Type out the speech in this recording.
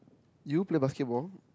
you play basketball